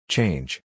Change